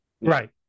right